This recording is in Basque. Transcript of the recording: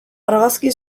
argazki